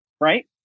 right